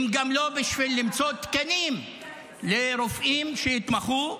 אם לא גם לא בשביל למצוא תקנים לרופאים שהתמחו,